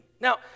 Now